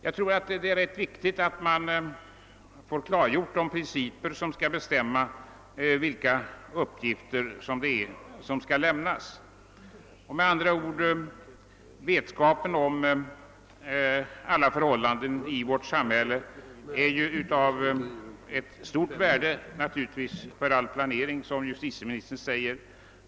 Jag tror att det är ganska viktigt att de principer som skall bestämma vilka uppgifter som skall lämnas blir klargjorda. Med andra ord, vetskapen om alla förhållanden i vårt samhälle är naturligtvis av stort värde för all planering, som justitiemi nistern säger.